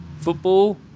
football